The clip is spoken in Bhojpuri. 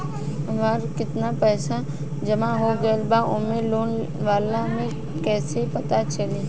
हमार केतना पईसा जमा हो गएल बा होम लोन वाला मे कइसे पता चली?